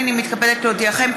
הינני מתכבדת להודיעכם,